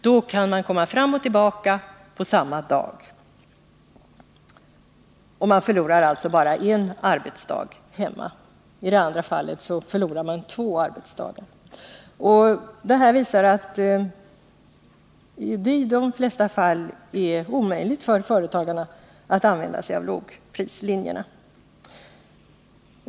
Då kan man komma fram och tillbaka på samma dag, och man förlorar alltså bara en arbetsdag hemma. Men i det andra fallet förlorar man två arbetsdagar. Det här visar att det i de flesta fall är omöjligt för företagarna att använda sig av lågprislinjerna.